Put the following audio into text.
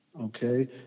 Okay